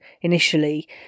initially